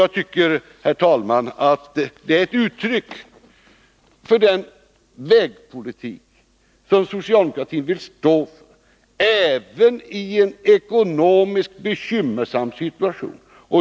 Detta är, herr talman, ett uttryck för den vägpolitik som socialdemokratin vill stå för, även i en ekonomiskt bekymmersam situation.